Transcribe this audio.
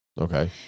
Okay